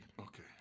Okay